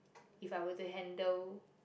if I were to handle